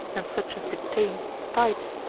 and such as detain tithes,